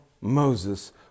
Moses